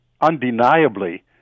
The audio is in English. undeniably